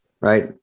right